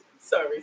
Sorry